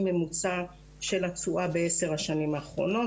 ממוצע של התשואה ב-10 השנים האחרונות.